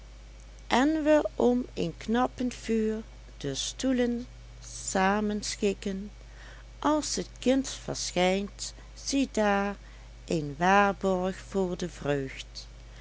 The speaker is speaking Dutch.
en we om een knappend vuur de stoelen samenschikken als t kind verschijnt ziedaar een waarborg voor de vreugd